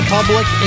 Public